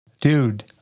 dude